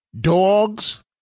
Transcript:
dogs